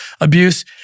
abuse